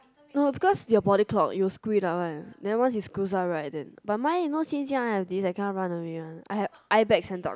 no because your body clock you will screw it up one then once you screws up then but mine you know since young I have this I cannot run away one I have eye bags and dark